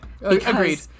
Agreed